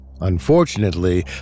Unfortunately